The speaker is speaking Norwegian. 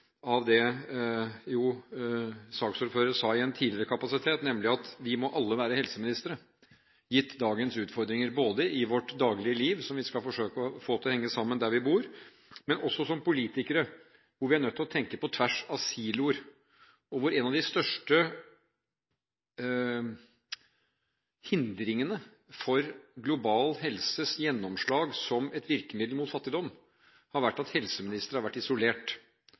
av det saksordføreren sa i en tidligere kapasitet, nemlig at vi må alle være helseministre, gitt dagens utfordringer, både i vårt daglige liv, som vi skal forsøke å få til å henge sammen der vi bor, og også som politikere, hvor vi er nødt til å tenke på tvers av siloer, og hvor en av de største hindringene for global helses gjennomslag som et virkemiddel mot fattigdom har vært at helseministre har vært isolert,